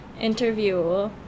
interview